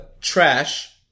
Trash